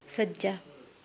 ਸੱਜਾ